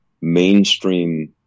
mainstream